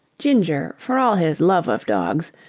ginger, for all his love of dogs,